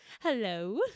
Hello